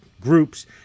groups